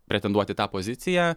pretenduot į tą poziciją